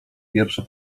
pierwsza